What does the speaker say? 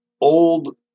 old